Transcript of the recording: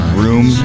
room